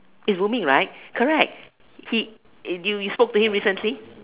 it's rooming right correct he you you spoke to him recently